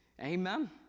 Amen